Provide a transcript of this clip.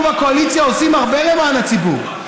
אנחנו בקואליציה עושים הרבה למען הציבור.